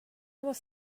was